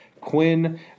Quinn